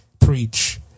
preach